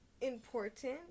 important